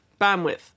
bandwidth